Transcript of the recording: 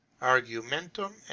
argumentum